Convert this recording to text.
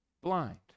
blind